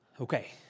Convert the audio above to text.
Okay